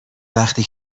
وقتی